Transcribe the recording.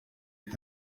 and